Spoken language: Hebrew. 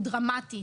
הוא דרמטי.